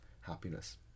happiness